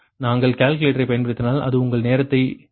நாங்கள் கால்குலேட்டரைப் பயன்படுத்தினால் அது உங்கள் நேரத்தை எடுக்கும்